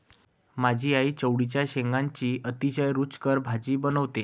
माझी आई चवळीच्या शेंगांची अतिशय रुचकर भाजी बनवते